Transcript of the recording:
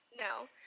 No